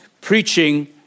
preaching